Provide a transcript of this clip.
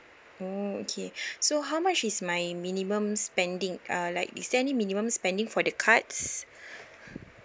oh okay so how much is my minimum spending ah like is there any minimum spending for the cards